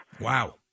wow